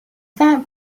that